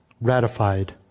Ratified